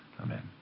Amen